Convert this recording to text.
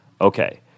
Okay